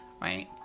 right